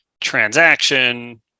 transaction